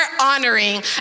honoring